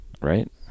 Right